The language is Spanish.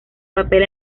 papel